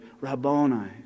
Rabboni